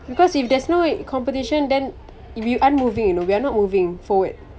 because if there's no competition then if you unmoving you know we're not moving forward